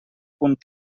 punt